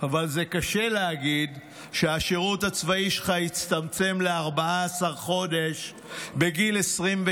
אבל זה קשה להגיד כשהשירות הצבאי שלך הצטמצם ל-14 חודש בגיל 28,